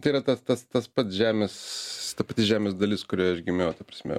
tai yra tas tas tas pats žemės ta pati žemės dalis kurioj aš gimiau ta prasme